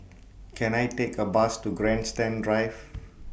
Can I Take A Bus to Grandstand Drive